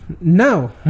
no